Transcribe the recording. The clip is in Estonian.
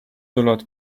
tulevad